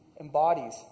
embodies